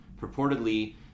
purportedly